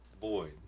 void